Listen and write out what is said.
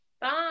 Bye